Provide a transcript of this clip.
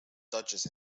dodges